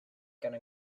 gonna